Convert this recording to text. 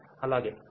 అలాగే